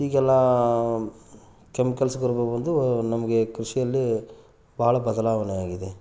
ಈಗೆಲ್ಲ ಕೆಮಿಕಲ್ಸ್ಗಳೆಲ್ಲ ಬಂದು ನಮಗೆ ಕೃಷಿಯಲ್ಲಿ ಭಾಳ ಬದಲಾವಣೆಯಾಗಿದೆ